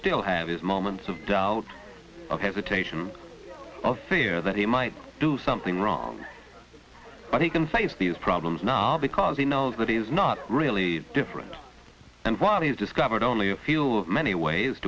still have his moments of doubt of hesitation of fear that he might do something wrong but he can face these problems now because he knows that he's not really different and while he's discovered only a few of many ways